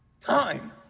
Time